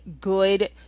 good